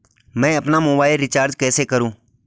मैं अपना mobile recharge कैसे करूँ?